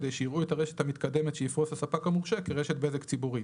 כדי שיראו את הרשת המתקדמת שיפרוס הספק המורשה כרשת בזק ציבורית,